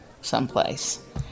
someplace